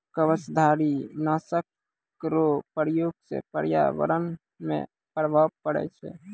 कवचधारी नाशक रो प्रयोग से प्रर्यावरण मे प्रभाव पड़ै छै